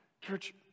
Church